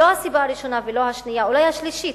לא הסיבה הראשונה ולא השנייה, אולי השלישית,